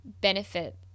benefit